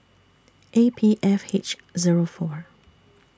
A P F H Zero four